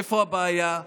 איפה הבעיה?